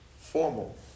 formal